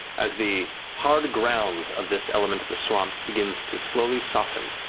as the hard ground of this element at the swamp begins to slowly soften,